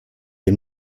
dem